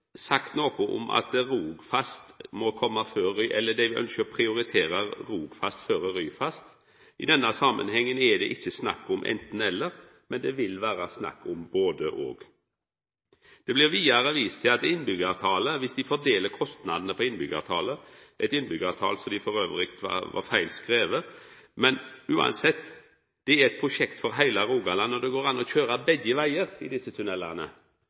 sagt noko om at dei ønskjer å prioritera Rogfast framfor Ryfast. I denne samanhengen er det ikkje snakk om anten–eller, men det vil vera snakk om både–og. Det blir vidare vist til innbyggjartalet og fordeling av kostnader på innbyggjarane, eit innbyggjartal som dessutan var feil referert. Men uansett er det eit prosjekt for heile Rogaland, og det går an å køyra begge vegar i desse